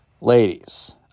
ladies